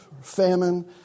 famine